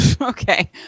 okay